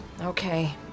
Okay